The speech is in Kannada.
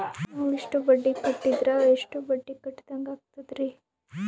ನಾವು ಇಷ್ಟು ಕಂತು ಕಟ್ಟೀದ್ರ ಎಷ್ಟು ಬಡ್ಡೀ ಕಟ್ಟಿದಂಗಾಗ್ತದ್ರೀ?